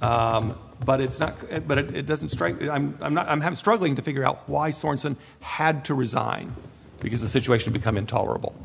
but it's not but it doesn't strike i'm not i'm having struggling to figure out why sorenson had to resign because the situation become intolerable